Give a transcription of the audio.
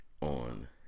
On